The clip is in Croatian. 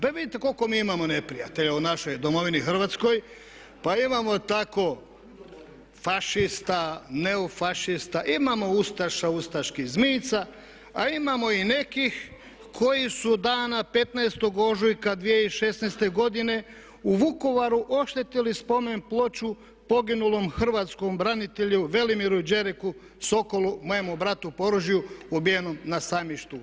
Pa vidite koliko mi imamo neprijatelja u našoj Domovini Hrvatskoj, pa imamo tako fašista, neofašista, imamo ustaša, ustaških zmijica, a imamo i nekih koji su dana 15. ožujka 2016. godine u Vukovaru oštetili spomen ploču poginulom hrvatskom branitelju Velimiru Đereku Sokolu mojemu bratu po oružju ubijenom na sajmištu.